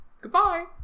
goodbye